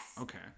Okay